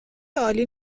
عالی